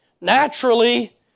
Naturally